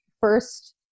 first